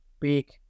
big